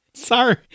Sorry